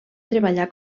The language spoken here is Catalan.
treballar